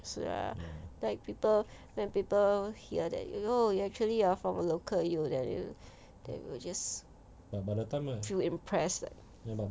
是啊 like people when people hear that you know you actually are from a local U they will they will just feel impressed